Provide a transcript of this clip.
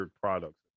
products